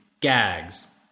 gags